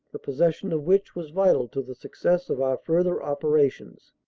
the possession of which was vital to the success of our further operations.